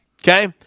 Okay